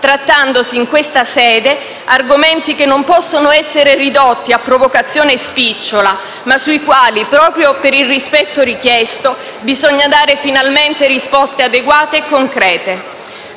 trattandosi in questa sede argomenti che non possono essere ridotti a provocazione spicciola ma sui quali, proprio per il rispetto richiesto, bisogna dare finalmente risposte adeguate concrete.